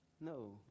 No